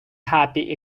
happy